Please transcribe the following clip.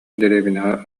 дэриэбинэҕэ